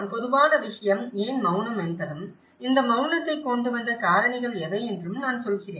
பொதுவான விஷயம் ஏன் மவுனம் என்பதும் இந்த மவுனத்தை கொண்டு வந்த காரணிகள் எவை என்றும் நான் சொல்கிறேன்